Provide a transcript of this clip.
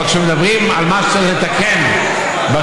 אבל כשמדברים על מה שצריך לתקן בחינוך,